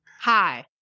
hi